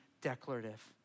declarative